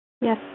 Yes